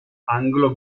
anglo